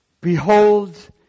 Behold